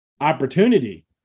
opportunity